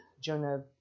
Jonah